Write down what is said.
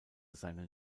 seinen